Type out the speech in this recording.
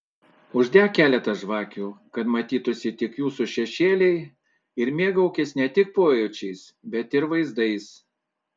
uždek keletą žvakių kad matytųsi tik jūsų šešėliai ir mėgaukis ne tik pojūčiais bet ir vaizdais